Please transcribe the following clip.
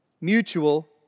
Mutual